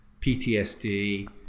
PTSD